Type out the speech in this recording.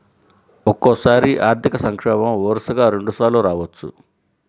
ఒక్కోసారి ఆర్థిక సంక్షోభం వరుసగా రెండుసార్లు రావచ్చు